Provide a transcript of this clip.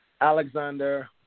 Alexander